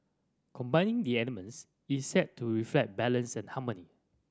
combining the elements is said to reflect balance and harmony